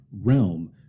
realm